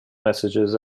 messages